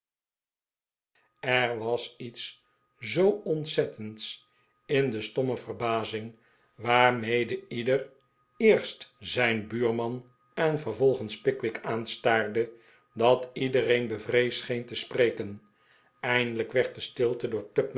er was iets zoo ontzettends in de stomme verbazing waarmede ieder eerst zijn buurman en vervolgens pickwick aanstaarde dat iedereen bevreesd scheen te spreken eindelijk werd de stilte door